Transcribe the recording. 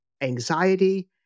anxiety